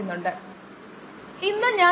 1 എന്നിങ്ങനെ